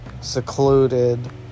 secluded